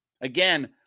Again